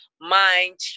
mind